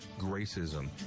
Gracism